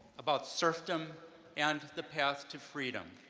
about serfdom and the path to freedom.